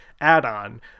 add-on